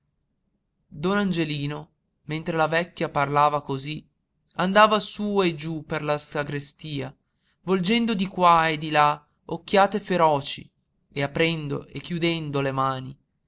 don angelino mentre la vecchia parlava cosí andava su e giú per la sagrestia volgendo di qua e di là occhiate feroci e aprendo e chiudendo le mani